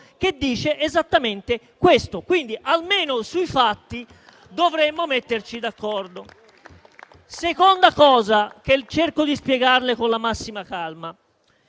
che dice esattamente questo, quindi, almeno sui fatti, dovremmo metterci d'accordo. Seconda cosa che cerco di spiegarle con la massima calma: